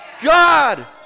God